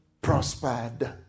prospered